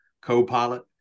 co-pilot